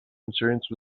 insurance